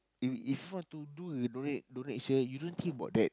if if you want to do the donate donation you don't think about that